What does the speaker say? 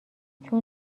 چون